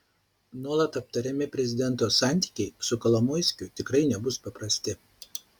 nuolat aptariami prezidento santykiai su kolomoiskiu tikrai nebus paprasti